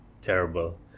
terrible